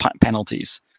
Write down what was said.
penalties